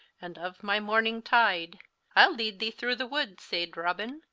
and of my morning tyde ile lead thee through the wood, sayd robin,